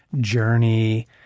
journey